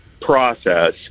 process